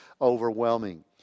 Overwhelming